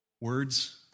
Words